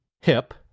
hip